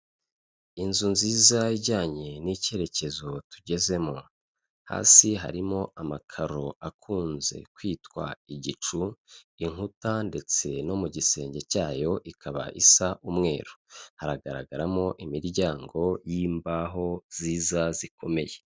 Inzu nziza ijyanye n'icyerekezo tugezemo, hasi harimo amakaro akunze kwitwa igicu, inkuta ndetse no mu gisenge cyayo ikaba isa umweru, haragaragaramo imiryango y'imbaho nziza zikomeye.